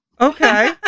Okay